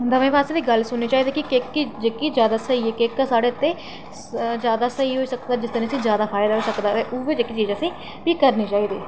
दमैं पास्सै दी गल्ल सुननी चाहिदी कि कोह्की जेह्की जैदा स्हेई ऐ जित्थै साढ़ै आस्तै जैदा स्हेई होई सकदा जित्थूं जैदा फायदा होई सकदा ऐ उ'यै जेह्की चीज असें ई फ्ही करनी चाहिदी